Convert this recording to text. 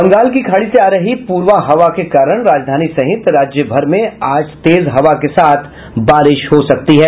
बंगाल की खाड़ी से आ रही पूर्वा हवा के कारण राजधानी सहित राज्यभर में आज तेज हवा के साथ बारिश हो सकती है